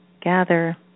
gather